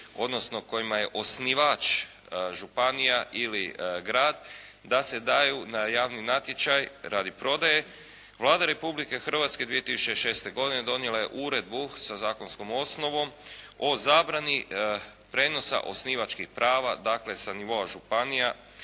odnosno kojima je osnivač županija ili grad da se daju na javni natječaj radi prodaje Vlada Republike Hrvatske 2006. godine donijela je Uredbu sa zakonskom osnovom o zabrani prenosa osnivačkih prava, dakle, sa nivoa županija